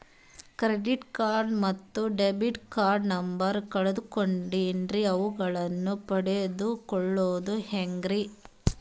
Credit card ಮತ್ತು debit card number ಕಳೆದುಕೊಂಡಿನ್ರಿ ಅವುಗಳನ್ನ ಪಡೆದು ಕೊಳ್ಳೋದು ಹೇಗ್ರಿ?